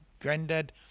granddad